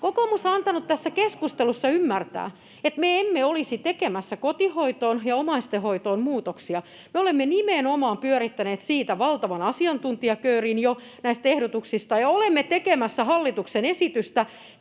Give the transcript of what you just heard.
Kokoomus on antanut tässä keskustelussa ymmärtää, että me emme olisi tekemässä kotihoitoon ja omaishoitoon muutoksia. Me olemme nimenomaan pyörittäneet jo valtavan asiantuntijaköörin kanssa näitä ehdotuksia, ja olemme tekemässä hallituksen esitystä